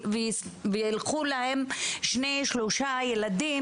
וילכו להם שניים שלושה ילדים,